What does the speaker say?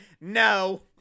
No